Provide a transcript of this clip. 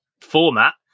format